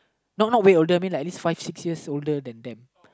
no not way older I mean like at least five six years older than them